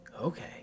okay